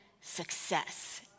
success